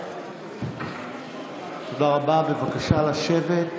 תודה רבה, בבקשה לשבת.